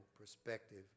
perspective